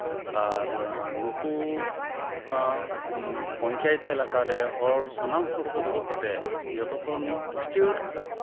ᱟᱨ ᱱᱩᱠᱩ ᱯᱚᱧᱪᱟᱭᱮᱛ ᱮᱞᱟᱠᱟ ᱨᱮ ᱦᱚᱲ ᱥᱟᱱᱟᱢ ᱦᱚᱲ ᱠᱚ ᱫᱩᱲᱩᱵ ᱠᱟᱛᱮᱫ ᱡᱚᱛ ᱠᱷᱚᱱ ᱞᱤᱪᱟᱹᱲ